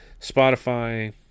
Spotify